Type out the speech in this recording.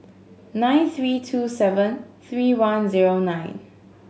nine three two seven three one zero nine